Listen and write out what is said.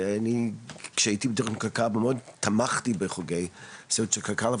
וכשהייתי בקק"ל מאוד תמכתי בחוגי הסיור של קק"ל,